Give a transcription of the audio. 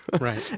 Right